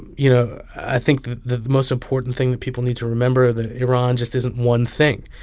you know, i think the most important thing that people need to remember that iran just isn't one thing.